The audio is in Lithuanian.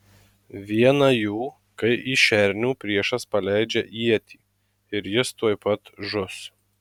viena jų kai į šernių priešas paleidžia ietį ir jis tuoj pat žus